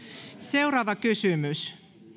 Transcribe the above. seuraava kysymys